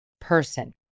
person